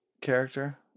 character